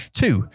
two